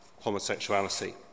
homosexuality